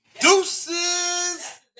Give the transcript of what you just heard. deuces